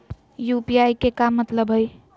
UPI के का मतलब हई?